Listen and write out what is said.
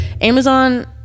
Amazon